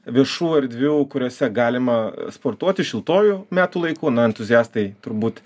viešų erdvių kuriose galima sportuoti šiltuoju metų laiku na entuziastai turbūt